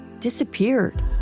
Disappeared